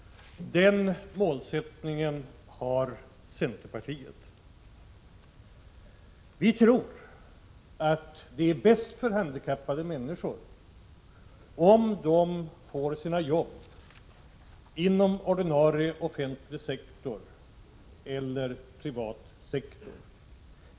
Den målsättningen har vi inom centerpartiet. Vi tror att det är bäst för handikappade människor om de får sina jobb inom ordinarie offentlig eller privat sektor.